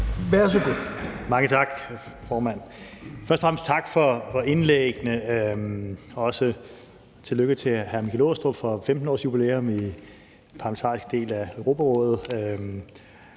Kofod): Mange tak, formand. Først og fremmest tak for indlæggene, også tillykke til hr. Michael Aastrup Jensen for 15-årsjubilæum i den parlamentariske del af Europarådet.